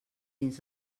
dins